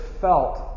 felt